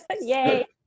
Yay